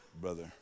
brother